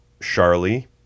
Charlie